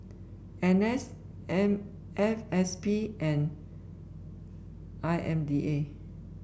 N S M F S P and I M D A